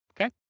Okay